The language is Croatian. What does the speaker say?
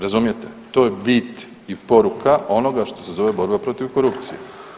Razumijete, to je bit i poruka onoga što se zove borba protiv korupcije.